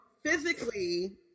physically